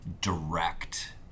direct